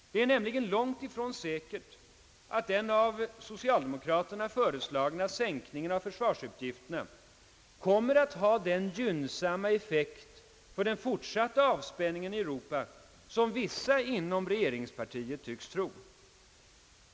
Det är nämligen långt ifrån säkert, att den av socialdemokraterna föreslagna sänkningen av försvarsutgifterna kommer att ha den gynnsamma effekt för den fortsatta avspänningen i Europa som vissa inom regeringspartiet tycks tro.